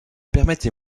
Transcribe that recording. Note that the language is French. permettez